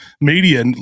media